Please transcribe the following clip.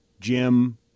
Jim